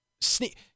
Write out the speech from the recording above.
sneak